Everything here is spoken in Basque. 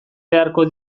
beharko